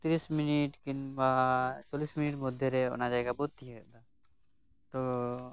ᱛᱤᱨᱤᱥ ᱢᱤᱱᱤᱴ ᱵᱟ ᱪᱚᱞᱤᱥ ᱢᱤᱱᱤᱴ ᱢᱚᱫᱷᱮᱨᱮ ᱚᱱᱟ ᱡᱟᱭᱜᱟᱵᱩ ᱛᱤᱭᱟᱹᱜ ᱫᱟ ᱛᱚ